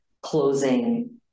closing